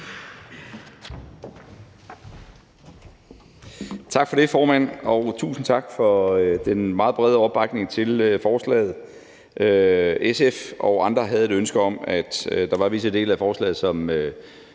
Tak for det, formand, og tusind tak for den meget brede opbakning til forslaget. SF og andre havde et ønske om, at der var visse dele af forslaget, som